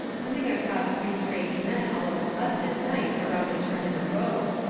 coming across three strange men all of a sudden at night around a turn in the road.